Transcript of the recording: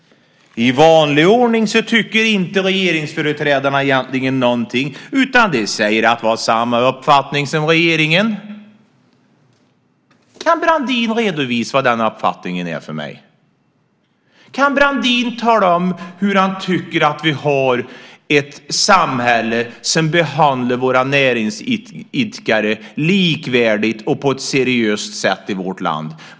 I vanlig ordning tycker inte regeringsföreträdare egentligen någonting, utan de säger att de har samma uppfattning som regeringen. Kan Brandin redovisa vilken den uppfattningen är för mig? Kan Brandin tala om ifall han tycker att vi har ett samhälle som behandlar våra näringsidkare likvärdigt och på ett seriöst sätt i vårt land?